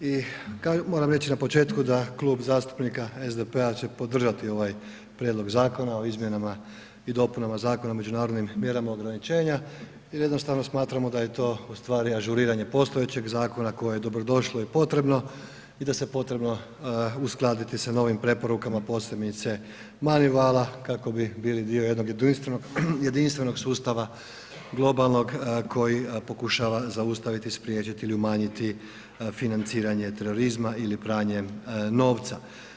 I moram reći na početku da Klub zastupnika SDP-a će podržati ovaj Prijedlog zakona o izmjenama i dopunama Zakona o međunarodnim mjerama ograničenja i jednostavno smatramo da je to ustvari ažuriranje postojećeg zakona koje je dobro došlo i potrebno i da se potrebno uskladiti sa novim preporukama posebice MANIVAL-a kako bi bili dio jednog jedinstvenog sustava globalnog koji pokušava zaustaviti, spriječiti ili umanjiti financiranje terorizma ili pranje novca.